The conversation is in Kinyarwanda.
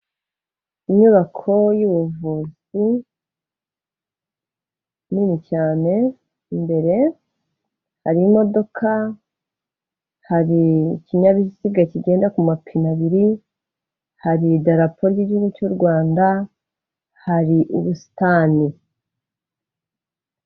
Inyubako y'ubuvuzi nini cyane imbere hari imodoka, hari ikinyabiziga kigenda ku mapine abiri, hari idarapo ry'igihugu cy'u Rwanda, hari ubusitani.